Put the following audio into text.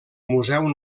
museu